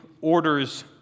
orders